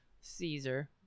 Caesar